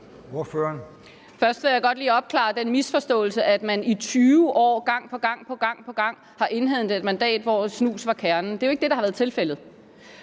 Først vil jeg godt lige opløse den misforståelse, at man i 20 år gang på gang har indhentet et mandat, hvor snus var kernen. Det er jo ikke det, der har været tilfældet.